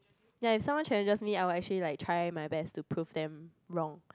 ya if someone challenges me I will actually like try my best to prove them wrong